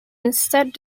instead